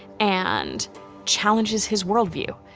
and challenges his worldview.